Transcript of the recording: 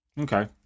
Okay